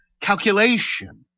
calculation